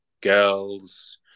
girls